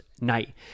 night